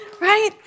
Right